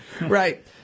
right